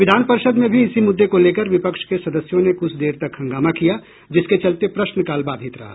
विधान परिषद में भी इसी मुद्दे को लेकर विपक्ष के सदस्यों ने कुछ देर तक हंगामा किया जिसके चलते प्रश्नकाल बाधित रहा